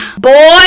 boy